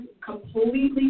completely